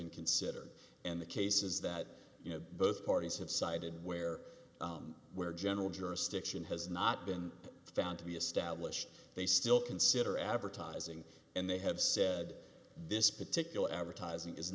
being considered and the cases that you know both parties have cited where where general jurisdiction has not been found to be established they still consider advertising and they have said this particular advertising is